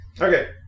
Okay